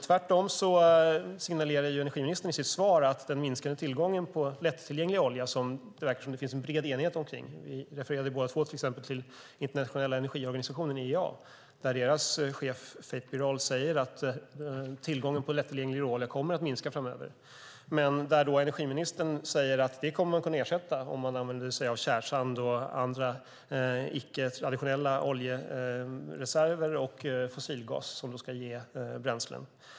Tvärtom signalerar energiministern i sitt svar att den minskade tillgången på lättillgänglig olja som det verkar finnas en bred enighet kring - vi refererade båda två till exempel till den internationella energiorganisationen IEA vars chef Fatih Birol säger att tillgången på lättillgänglig råolja kommer att minska framöver - kommer man att kunna ersätta om man använder sig av tjärsand och andra icke-traditionella oljereserver och fossilgas som ska ge bränsle.